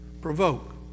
Provoke